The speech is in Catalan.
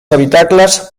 habitacles